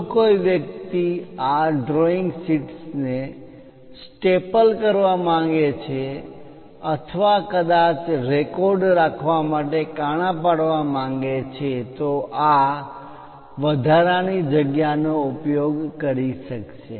જો કોઈ વ્યક્તિ આ ડ્રોઈંગ શીટ્સને સ્ટેપલ કરવા માંગે છે અથવા કદાચ રેકોર્ડ રાખવા માટે કાણા પાડવા માંગે છે તો આ વધારાની જગ્યા નો ઉપયોગ કરી શકશે